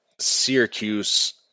Syracuse